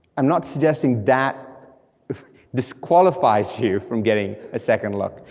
i'm not suggesting that disqualifies you from getting a second look,